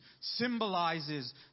symbolizes